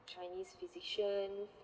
chinese physician